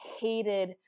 hated